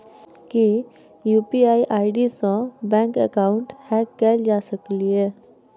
की UPI ID सऽ bank account hack कैल जा सकलिये?